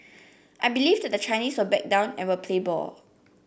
I believe that the Chinese will back down and will play ball